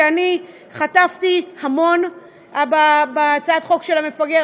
כי אני חטפתי המון בהצעת חוק של "המפגר",